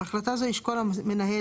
בהחלטה זו ישקול המנהל,